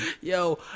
yo